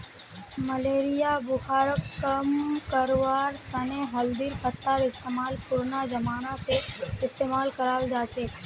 malaria बुखारक कम करवार तने हल्दीर पत्तार इस्तेमाल पुरना जमाना स इस्तेमाल कराल जाछेक